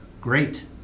great